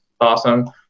Awesome